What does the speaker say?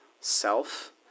self